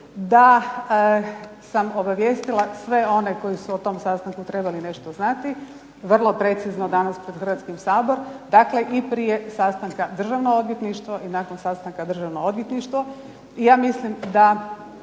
da sam obavijestila sve one koji su o tom sastanku trebali nešto znati, vrlo precizno danas pred Hrvatski sabor i prije sastanka Državno odvjetništvo i nakon sastanka Državnog odvjetništvo. Ja mislim da